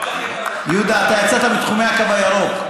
אתה יצאת מתחומי הקו הירוק.